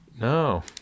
no